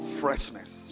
freshness